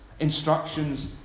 instructions